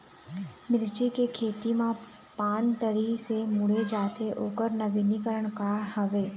मिर्ची के खेती मा पान तरी से मुड़े जाथे ओकर नवीनीकरण का हवे?